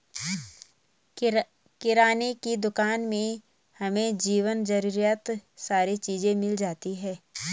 किराने की दुकान में हमें जीवन जरूरियात सारी चीज़े मिल जाती है